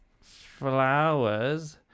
Flowers